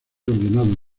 ordenado